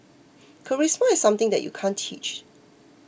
charisma is something that you can't teach